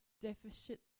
deficit